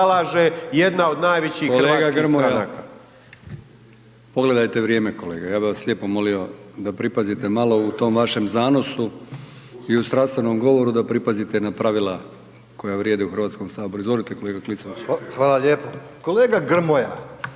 jedna od najvećih hrvatskih stranaka. **Brkić, Milijan (HDZ)** Kolega Grmoja, pogledajte vrijeme, kolega, ja bi vas lijepo molio da pripazite malo u tom vašem zanosu i u strastvenom govoru, da pripazite na pravila koja vrijede u Hrvatskom saboru. Izvolite, kolega Klisović. **Klisović, Joško